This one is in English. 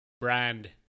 brand